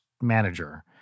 manager